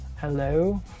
hello